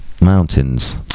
Mountains